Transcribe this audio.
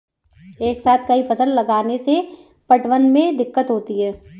एक साथ कई फसल लगाने से पटवन में दिक्कत होती है